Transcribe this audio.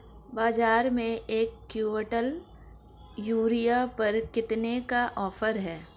बाज़ार में एक किवंटल यूरिया पर कितने का ऑफ़र है?